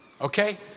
Okay